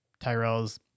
Tyrells